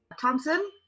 Thompson